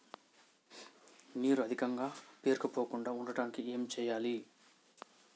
నీరు అధికంగా పేరుకుపోకుండా ఉండటానికి ఏం చేయాలి?